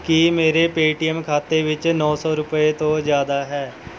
ਕੀ ਮੇਰੇ Paytm ਖਾਤੇ ਵਿੱਚ ਨੌਂ ਸੌ ਰੁਪਏ ਤੋਂ ਜ਼ਿਆਦਾ ਹੈ